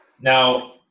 Now